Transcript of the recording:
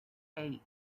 eight